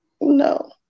No